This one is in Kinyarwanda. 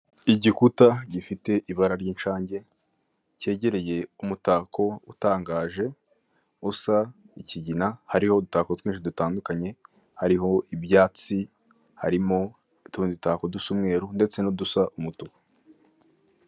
Igikuta gifite ibara ry'incange kegereye umutako utangaje usa ikigina hariho udutako twishi dutandukanye, hariho ibyatsi, harimo udutako dusa umweru ndetse n'udusa umutuku.